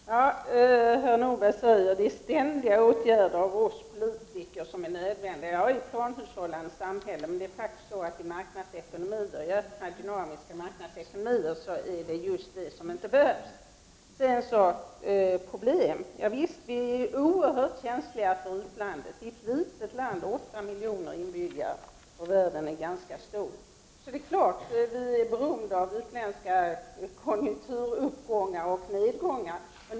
Herr talman! Det är nödvändigt att vi politiker ständigt vidtar åtgärder, säger herr Nordberg. Ja, det är nödvändigt i ett samhälle med planhushållning, men i dynamiska marknadsekonomier är det just detta som inte behövs. Visst är Sverige oerhört känsligt för utvecklingen utomlands. Sverige är ett litet land med 8 miljoner invånare, och världen är ganska stor. Vi är beroende av utländska konjunkturuppgångar och konjunkturnedgångar.